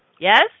Yes